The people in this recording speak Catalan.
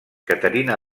caterina